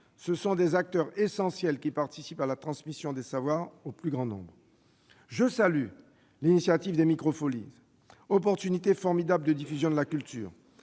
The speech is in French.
ils sont des acteurs essentiels qui participent à la transmission des savoirs au plus grand nombre. Je salue l'initiative des Micro-folies, opportunités formidables de diffusion de la culture.